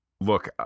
Look